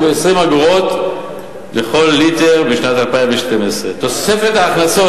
וב-20 אגורות לכל ליטר בשנת 2012. תוספת ההכנסות